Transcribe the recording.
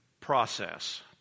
process